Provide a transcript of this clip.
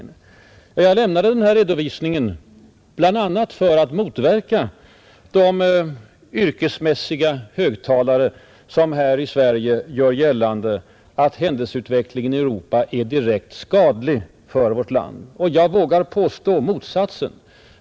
Men jag lämnade den redovisningen bl, a. för att motverka de yrkesmässiga högtalare som här i Sverige gör gällande att händelseutvecklingen i Europa är direkt skadlig för vårt land. Jag vågar påstå motsatsen.